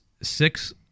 six